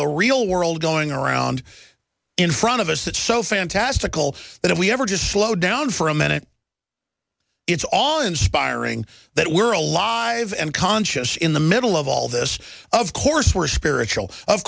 the real world going around in front of us that's so fantastical that if we ever just slow down for a minute it's all inspiring that we're alive and conscious in the middle of all this of course we're spiritual of